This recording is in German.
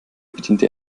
bediente